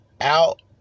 out